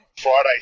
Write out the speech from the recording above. Friday